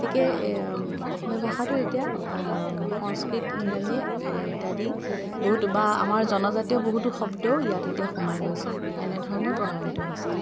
গতিকে অসমীয়া ভাষাটো এতিয়া সংস্কৃত ইংৰাজী ইত্যাদি বহুতো বা আমাৰ জনজাতীয় বহুতো শব্দও ইয়াত এতিয়া সোমাই গৈছে এনেধৰণে প্ৰভাৱান্ৱিত হৈছে